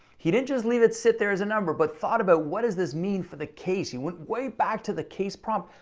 he didn't just leave it sit there as a number but thought about what does this mean for the case, he went way back to the case prompt.